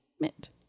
mint